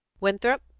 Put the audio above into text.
winthrop,